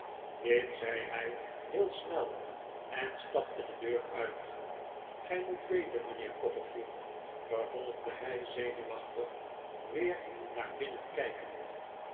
dit zei hij heel snel en stapte de deur uit gij moet weten mijnheer copperfield vervolgde hij zenuwachtig weer naar binnen kijkend